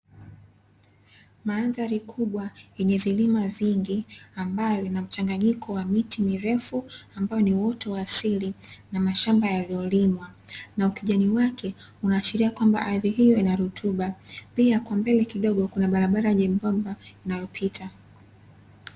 Mandhari kubwa yenye vilima vingi ambayo ina mchanganyiko wa miti mirefu, ambayo ni uoto wa asili na mashamba yaliyolimwa na ukijani wake, unaashiria kwamba ardhi hii ina rutuba. Pia kwa mbele kidogo kuna barabara nyembamba inayopita.